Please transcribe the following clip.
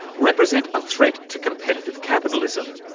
represent a threat to competitive capitalism.